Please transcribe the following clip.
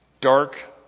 dark